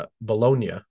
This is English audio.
Bologna